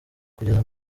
kugeza